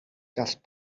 gall